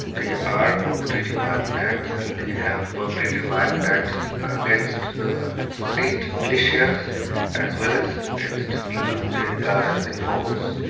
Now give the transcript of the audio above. they are perpetrating violent acts and they have perpetrated violent acts against the state militias as well as against people whom they regard as informers.